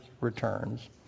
returns